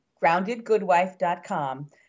Groundedgoodwife.com